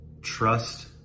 Trust